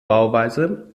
bauweise